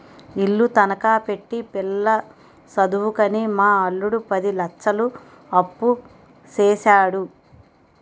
ఇల్లు తనఖా పెట్టి పిల్ల సదువుకని మా అల్లుడు పది లచ్చలు అప్పుసేసాడు